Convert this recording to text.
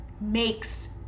makes